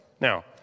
Now